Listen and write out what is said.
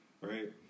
right